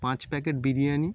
পাঁচ প্যাকেট বিরিয়ানি